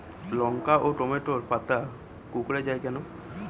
লঙ্কা ও টমেটোর পাতা কুঁকড়ে য়ায় কেন?